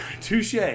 Touche